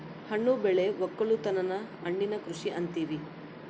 ಹಣ್ಣು ಬೆಳೆ ವಕ್ಕಲುತನನ ಹಣ್ಣಿನ ಕೃಷಿ ಅಂತಿವಿ